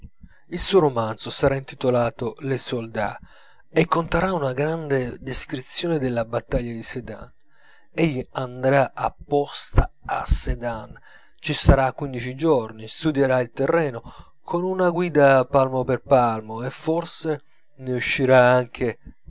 il suo romanzo sarà intitolato le soldat e conterrà una grande descrizione della battaglia di sédan egli andrà apposta a sédan ci starà quindici giorni studierà il terreno con una guida palmo per palmo e forse ne uscirà qualche